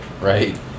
Right